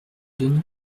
denis